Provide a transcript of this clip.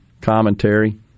commentary